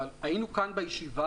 אבל היינו כאן בישיבה,